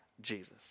Jesus